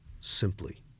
simply